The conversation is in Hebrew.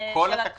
של כל התקנות?